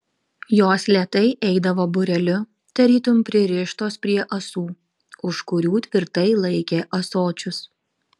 jos lėtai eidavo būreliu tarytum pririštos prie ąsų už kurių tvirtai laikė ąsočius